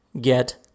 get